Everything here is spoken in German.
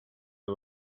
der